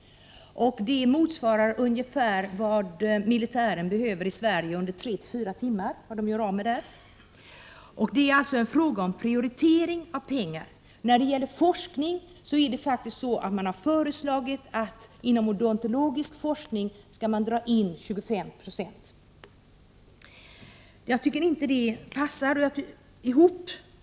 Det motsvarar ungefär vad militären i Sverige gör av med under tre fyra timmar. När det gäller pengar är det alltså fråga om prioritering. När det gäller forskning har man föreslagit att man inom odontologisk forskning skall dra in 25 26. Jag tycker inte att detta går ihop.